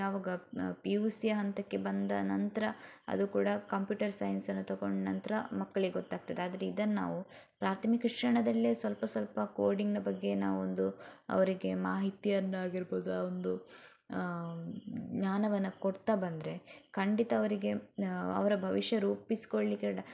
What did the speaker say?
ಯಾವಾಗ P U ಸಿಯ ಹಂತಕ್ಕೆ ಬಂದ ನಂತರ ಅದು ಕೂಡ ಕಂಪ್ಯುಟರ್ ಸೈನ್ಸನ್ನು ತಕೊಂಡ ನಂತರ ಮಕ್ಳಿಗೆ ಗೊತ್ತಾಗ್ತದೆ ಆದ್ರೆ ಇದನ್ನು ನಾವು ಪ್ರಾಥಮಿಕ ಶಿಕ್ಷಣದಲ್ಲೇ ಸ್ವಲ್ಪ ಸ್ವಲ್ಪ ಕೋಡಿಂಗ್ನ ಬಗ್ಗೆ ನಾವೊಂದು ಅವರಿಗೆ ಮಾಹಿತಿಯನ್ನು ಆಗಿರ್ಬೋದು ಆ ಒಂದು ಜ್ಞಾನವನ್ನು ಕೊಡ್ತ ಬಂದರೆ ಖಂಡಿತ ಅವರಿಗೆ ಅವರ ಭವಿಷ್ಯ ರೂಪಿಸ್ಕೊಳ್ಲಿಕ್ಕೆ ಡ